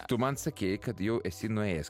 tu man sakei kad jau esi nuėjęs